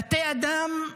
תתי-אדם,